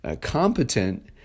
competent